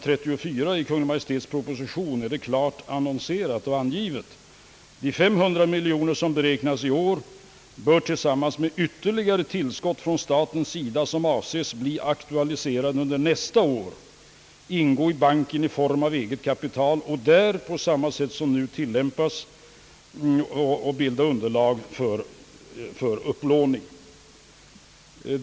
34 i Kungl. Maj:ts proposition annonseras nämligen klart, att de 500 miljoner som beräknas i år bör tillsammans med ytterligare tillskott från statens sida, som avses bli aktualiserade under nästa år, ingå i banken i form av eget kapital och där bilda underlag för utlåning.